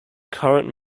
current